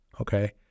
Okay